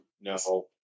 No